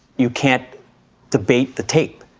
you can't debate the tape.